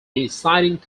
deciding